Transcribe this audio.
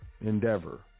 endeavor